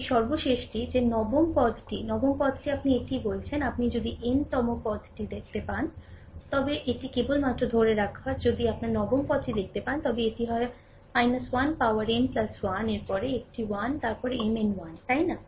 এই সর্বশেষটি যে নবম পদটি নবম পদটি আপনি এটিই বলেছেন আপনি যদি n তম শব্দটি দেখতে পান তবে এটি কেবলমাত্র ধরে রাখা যদি আপনি নবম পদটি দেখতে পান তবে এটি হয় 1 পাওয়ার n 1 এর পরে একটি 1 তারপর Mn 1 তাই না